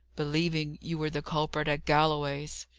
believing you were the culprit at galloway's.